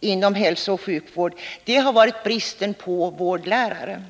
inom hälsooch sjukvården har varit bristen på vårdlärare.